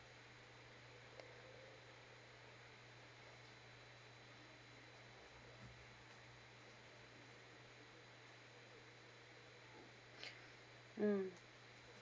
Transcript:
mm